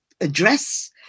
address